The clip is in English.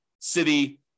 city